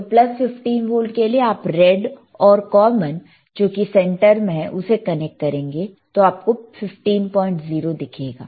तो plus 15 volt के लिए आप रेड और कॉमन जो की सेंटर में है उसे कनेक्ट करेंगे तो आप को 150 दिखेगा